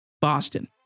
Boston